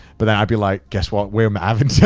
but then i'd be like, guess what we're um having tonight?